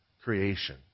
creation